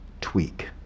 tweak